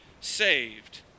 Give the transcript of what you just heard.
saved